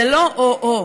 זה לא או-או,